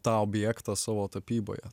tą objektą savo tapyboje